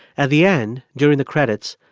at the end, during the credits,